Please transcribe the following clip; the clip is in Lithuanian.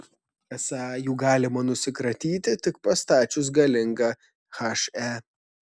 esą jų galima nusikratyti tik pastačius galingą he